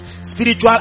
spiritual